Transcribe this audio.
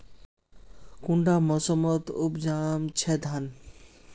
कुंडा मोसमोत उपजाम छै धान?